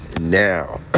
Now